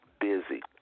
busy